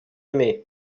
aimé